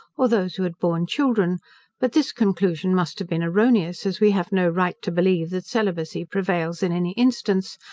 or those who had borne children but this conclusion must have been erroneous, as we have no right to believe that celibacy prevails in any instance,